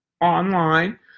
Online